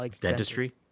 dentistry